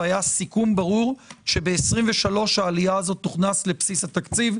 והיה סיכום ברור שב-23' העלייה הזו תוכנס לבסיס התקציב.